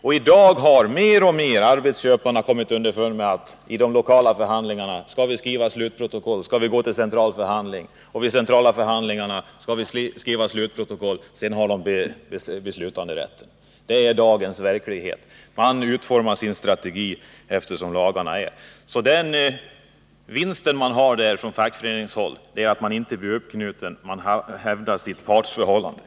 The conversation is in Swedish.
I dag har arbetsköparna mer och mer kommit underfund med gången: Man skriver slutprotokoll, man går till central förhandling, man skriver slutprotokoll från den centrala förhandlingen, och sedan har arbetsköparna beslutanderätten. Det är dagens verklighet, och man utformar sin strategi efter det. Vinsten med detta för fackföreningarna är att man inte blir uppknuten utan kan hävda sitt partsförhållande.